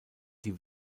die